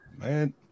man